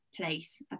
place